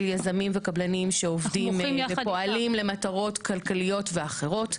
יזמים וקבלנים שעובדים ופועלים למטרות כלכליות ואחרות.